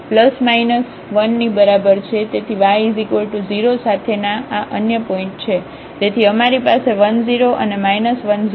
તેથી y 0 સાથેના આ અન્ય પોઇન્ટ છે તેથી અમારી પાસે 1 0 અને 1 0 છે